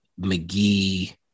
McGee